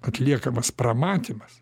atliekamas pramatymas